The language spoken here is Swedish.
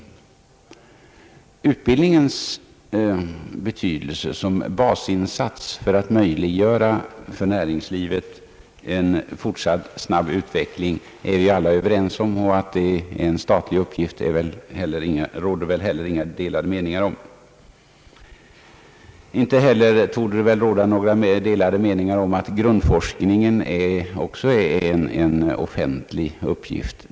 Vi är alla överens om utbildningens betydelse som basinsats för att för näringslivet möjliggöra en fortsatt snabb utveckling. Det råder väl inte heller några delade meningar om att detta också är en statlig uppgift. Av liknande skäl kan grundforskningen också karakteriseras som en offentlig uppgift.